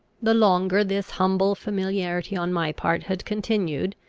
the longer this humble familiarity on my part had continued,